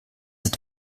ist